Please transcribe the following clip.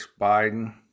Biden